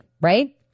right